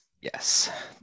yes